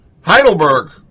Heidelberg